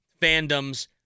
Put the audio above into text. fandoms